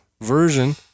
version